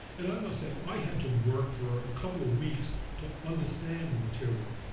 and i must say, i had to work for a couple of weeks to understand the material,